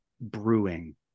brewing